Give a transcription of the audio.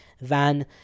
van